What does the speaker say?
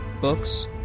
books